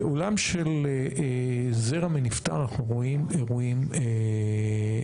בעולם של זרע מנפטר אנחנו רואים אירועים בהיקפים,